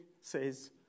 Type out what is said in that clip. says